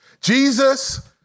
Jesus